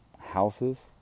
houses